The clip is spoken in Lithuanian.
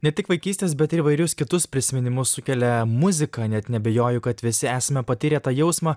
ne tik vaikystės bet ir įvairius kitus prisiminimus sukelia muzika net neabejoju kad visi esame patyrę tą jausmą